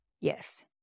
Yes